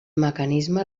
mecanisme